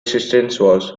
peaceful